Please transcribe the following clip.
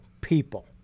people